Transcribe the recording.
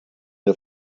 der